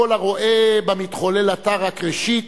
קול הרואה במתחולל עתה רק ראשית,